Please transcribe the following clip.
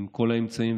עם כל האמצעים,